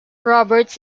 roberts